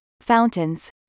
fountains